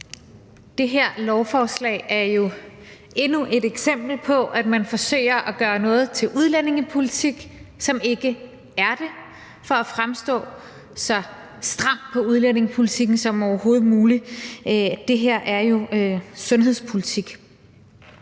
Det her lovforslag er jo endnu et eksempel på, at man forsøger på at gøre noget til udlændingepolitik, som ikke er det, for at fremstå så stram på udlændingepolitikken som overhovedet muligt. Det her er jo sundhedspolitik.